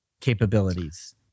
capabilities